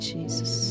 Jesus